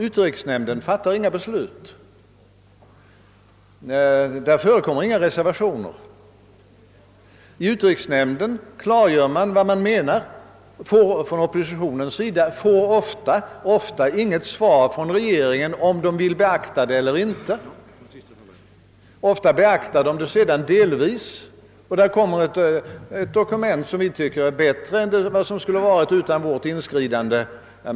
Utrikesnämnden fattar inga beslut, där förekommer inga reservationer. I utrikesnämnden klargör man från oppositionen vad man menar, och oppositionen får ofta i det sammanhanget intet svar från regeringen, så att oppositionen kan veta i vad mån regeringen vill beakta dess synpunkter eller inte. Ofta beaktas dessa sedan delvis, och det kommer då ett dokument som vi tycker är bättre än vad det skulle ha varit utan vårt inskridande.